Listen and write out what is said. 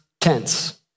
tense